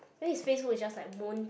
then his FaceBook is just like moon